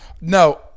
No